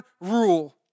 rule